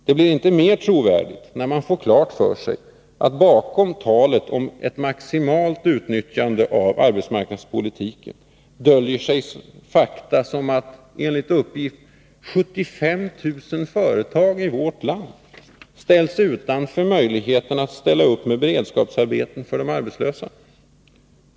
Det blir inte heller mer trovärdigt när man får klart för sig att bakom talet om maximalt utnyttjande av arbetsmarknadspolitiken döljer sig fakta som att enligt uppgift 75 000 företag i vårt land ställs utanför möjligheten att ställa upp med beredskapsarbeten för de arbetslösa.